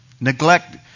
Neglect